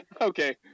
Okay